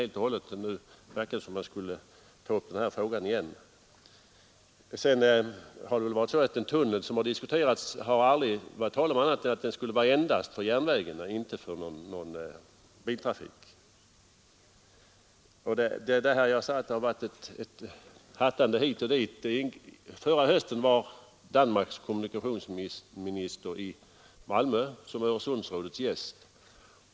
Det har dessutom aldrig varit tal om annat än att den tunnel som diskuterats skulle användas endast för järnvägen och inte för biltrafiken. Det har som sagt varit ett hattande hit och dit. Förra hösten var Danmarks kommunikationsminister i Malmö som Öresundsområdets gäst.